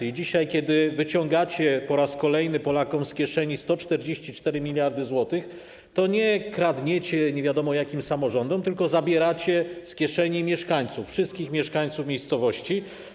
I dzisiaj kiedy wyciągacie po raz kolejny Polakom z kieszeni 144 mld zł, to nie kradniecie nie wiadomo jakim samorządom, tylko zabieracie z kieszeni mieszkańców, wszystkich mieszkańców miejscowości.